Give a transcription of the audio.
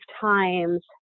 times